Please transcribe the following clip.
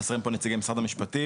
חסרים פה נציגי משרד המשפטים,